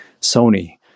Sony